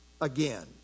again